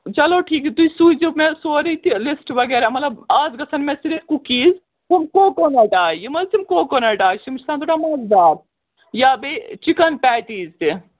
چلو ٹھیٖک تُہۍ سوٗزو مےٚ سورُے تہِ لِسٹہٕ وغیرہ مطلب اَز گژھن مےٚ صِرف کُکیٖز تِم کوکونَٹ آیہِ یِم حظ تِم کوکونَٹ آیہِ چھِ تِم چھِ آسان تھوڑا مَزٕدار یا بیٚیہِ چِکَن پیٹیٖز تہِ